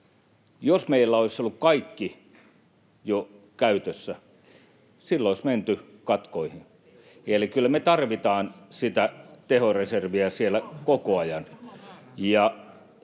Jos meillä olisi ollut kaikki jo käytössä, silloin olisi menty katkoihin. Eli kyllä me tarvitaan sitä tehoreserviä siellä koko ajan.